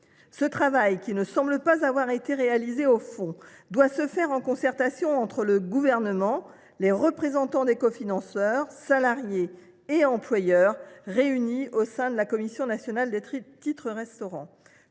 Ce travail, qui ne semble pas avoir été réalisé au fond, doit se faire en concertation entre le Gouvernement et les représentants des cofinanceurs, salariés et employeurs, réunis au sein de la CNTR. Le rappel historique auquel